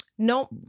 No